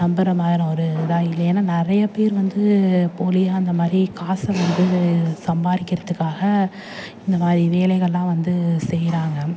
நம்புகிற மாதிரி ஒரு இதாக இல்லை ஏன்னா நிறைய பேர் வந்து போலியாக அந்தமாதிரி காசை வந்து சம்பாதிக்கிறத்துக்காக இந்த மாதிரி வேலைகள்லாம் வந்து செய்கிறாங்க